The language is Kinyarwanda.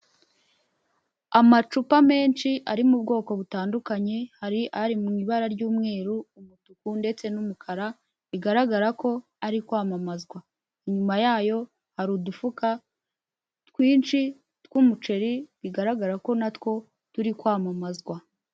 Amacupa menshi ari mu bwoko butandukanye hari ari mu ibara ry'umweru, umutuku ndetse n'umukara, bigaragara ko ari kwamamazwa inyuma yayo hari udufuka twinshi tw'umuceri, bigaragara ko natwo turi kwamamazwa.